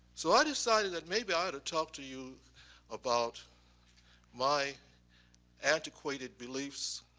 so i decided that maybe i ought to talk to you about my antiquated beliefs